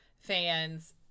fans